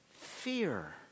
fear